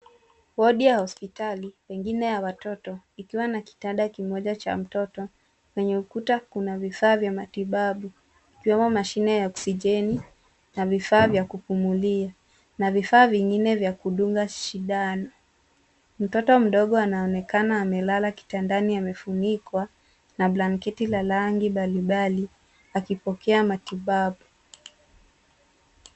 Wodi ya hospitali pengine ya watoto ikiwa na kitanda kimoja cha mtoto. Kwenye ukuta kuna vifaa vya matibabu ikiwemo mashine ya oksijeni na vifaa vya kupumulia na vifaa vingine vya kudunga shindano. Mtoto mdogo anaonekana amelala kitandani, amefunikwa na blanketi la rangi mbalimbali akipokea matibabu.